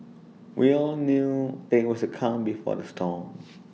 we all knew that IT was the calm before the storm